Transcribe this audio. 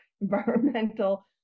environmental